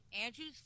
Andrew's